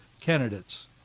candidates